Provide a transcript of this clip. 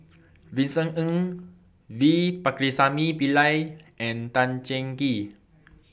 Vincent Ng V Pakirisamy Pillai and Tan Cheng Kee